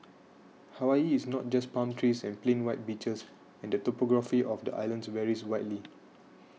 Hawaii is not just palm trees and plain white beaches and the topography of the islands varies widely